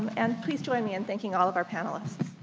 and please join me in thanking all of our panelists.